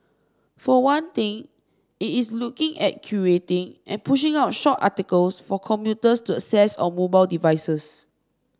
for one thing it is looking at curating and pushing out short articles for commuters to access on mobile devices